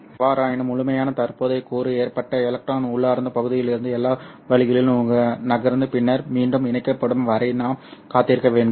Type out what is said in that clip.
எவ்வாறாயினும் முழுமையான தற்போதைய கூறு ஏற்பட எலக்ட்ரான் உள்ளார்ந்த பகுதியிலிருந்து எல்லா வழிகளிலும் நகர்ந்து பின்னர் மீண்டும் இணைக்கப்படும் வரை நாம் காத்திருக்க வேண்டும்